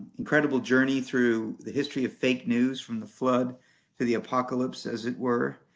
incredible journey through the history of fake news from the flood to the apocalypse, as it were.